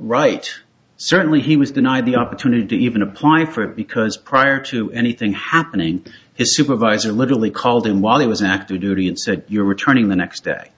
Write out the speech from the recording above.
right certainly he was denied the opportunity even apply for it because prior to anything happening his supervisor literally called him while he was active duty and said you're returning the next day